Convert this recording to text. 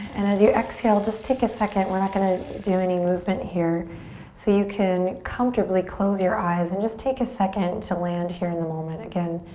and as you exhale, just take a second, we're not going to do any movement here so you can comfortably close your eyes and just take a second to land here in the moment. again,